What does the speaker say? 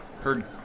Heard